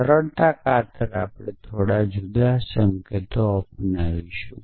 સરળતા ખાતર આપણે થોડો જુદો સંકેત અપનાવીશું